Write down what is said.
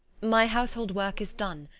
my household work is done,